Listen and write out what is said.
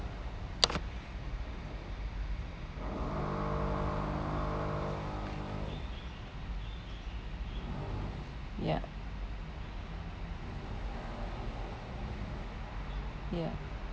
ya ya